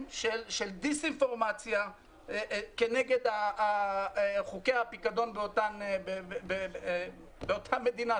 של דיסאינפורמציה נגד חוקי הפיקדון באותה מדינה".